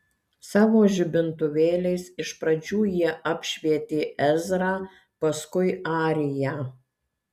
savo žibintuvėliais iš pradžių jie apšvietė ezrą paskui ariją